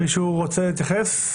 מישהו רוצה להתייחס?